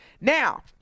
Now